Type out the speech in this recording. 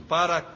para